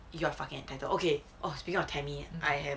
if you are fucking entitled okay or speak of tammy I have